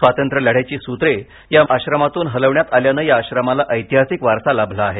स्वातंत्र्य लढ्याची सूत्रे या आश्रमातून हलविण्यात आल्याने या आश्रमाला ऐतिहासिक वारसा लाभला आहे